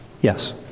Yes